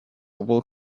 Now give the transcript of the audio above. world